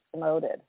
promoted